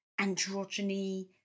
androgyny